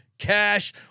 Cash